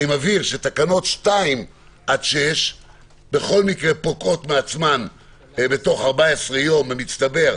תקנות 2 עד 6 בכל מקרה פוקעות מעצמן בתוך 14 יום במצטבר.